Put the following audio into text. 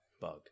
bug